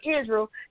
Israel